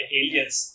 aliens